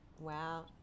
wow